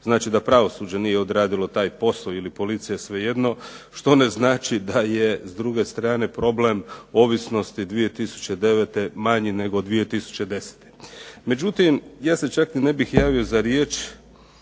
Znači da pravosuđe nije odradilo taj posao ili policija svejedno što ne znači da je s druge strane problem ovisnosti 2009. manji nego 2010. Međutim, ja se čak i ne bih javio za riječ